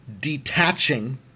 detaching